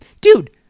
Dude